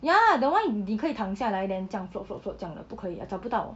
ya the [one] 你可以躺下来 then 这样 float float float 这样的不可以啊找不到